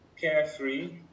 carefree